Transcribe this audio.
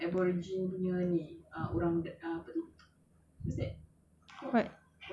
is it correct